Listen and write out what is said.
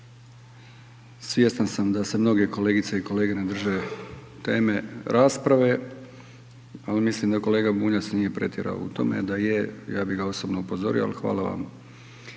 Svjestan sam da se mnoge kolegice i kolege ne drže teme rasprave, ali mislim da kolega Bunjac nije pretjerao u tome, da je ja bi ga osobno upozorio, ali hvala vam